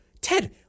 Ted